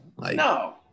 No